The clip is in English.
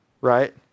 right